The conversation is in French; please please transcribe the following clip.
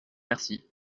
merci